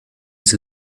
sie